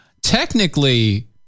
technically